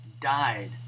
died